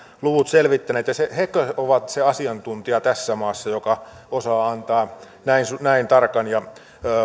luvut selvittäneet ja hekö ovat se asiantuntija tässä maassa joka osaa antaa näin tarkan ja